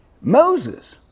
Moses